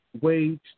wage